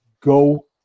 go